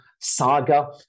saga